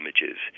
images